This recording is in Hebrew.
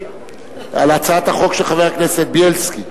על הצעת החוק של חבר הכנסת בילסקי,